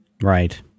Right